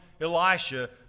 Elisha